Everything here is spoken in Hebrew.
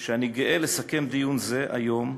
שאני גאה לסכם דיון זה היום,